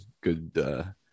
good